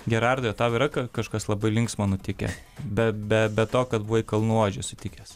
gerardui o tau yra kažkas labai linksmo nutikę be be to kad buvai kalnų ožį sutikęs